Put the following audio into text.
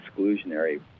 exclusionary